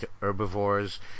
herbivores